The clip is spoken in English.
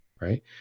right